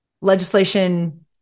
legislation